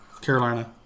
Carolina